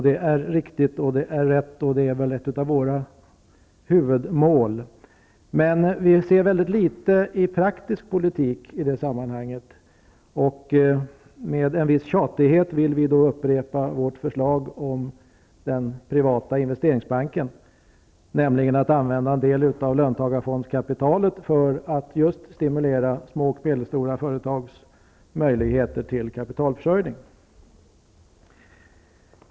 Det är rätt och riktigt, och det är ett av våra huvudmål. Men vi vill se litet av praktisk politik i detta sammanhang. Med en viss tjatighet vill vi upprepa vårt förslag om en privat investeringsbank. Vi menar att man skall använda en del av löntagarfondskapitalet för att förbättra små och medelstora företags möjligheter till kapitalförsörjning.